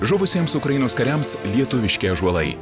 žuvusiems ukrainos kariams lietuviški ąžuolai